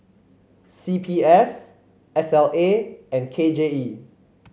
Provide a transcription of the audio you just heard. C P F S L A and K J E